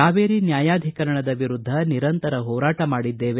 ಕಾವೇರಿ ನ್ಯಾಯಾಧಿಕರಣದ ವಿರುದ್ದ ನಿರಂತರ ಹೋರಾಟ ಮಾಡಿದ್ದೇವೆ